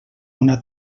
una